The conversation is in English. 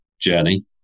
journey